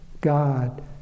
God